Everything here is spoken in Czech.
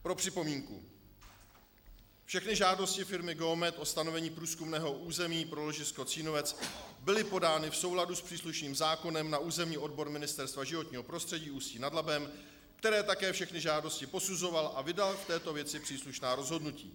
Pro připomínku: Všechny žádosti firmy Geomet o stanovení průzkumného území pro ložisko Cínovec byly podány v souladu s příslušným zákonem na územní odbor Ministerstva životního prostředí Ústí nad Labem, který také všechny žádosti posuzoval a vydal v této věci příslušná rozhodnutí.